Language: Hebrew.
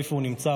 איפה הוא נמצא,